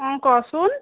অঁ কচোন